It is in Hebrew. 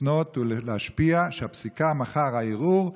לפנות ולהשפיע שהפסיקה מחר, הערעור,